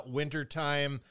wintertime